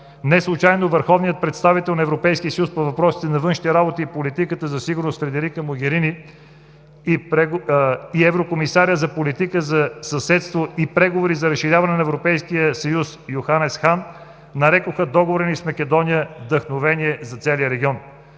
Не случайно върховният представител на Европейския съюз по въпросите на външните работи и политиката на сигурност Федерика Могерини и еврокомисарят по политиката за съседство и преговори за разширяване на Европейския съюз Йоханес Хан нарекоха договора ни с Македония „вдъхновение за целия регион“.